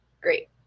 Great